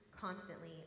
constantly